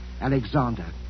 Alexander